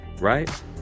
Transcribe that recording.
right